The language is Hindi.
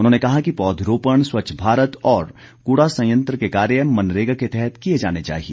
उन्होंने कहा कि पौधरोपण स्वच्छ भारत और कूड़ा संयंत्र के कार्य मनरेगा के तहत किए जाने चाहिए